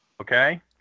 Okay